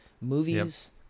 movies